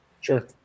Sure